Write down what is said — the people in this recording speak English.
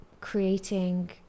creating